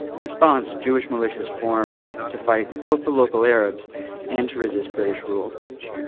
in response, jewish militias formed to fight both the local arabs and to resist british rule.